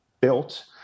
built